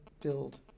build